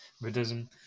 Buddhism